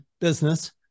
business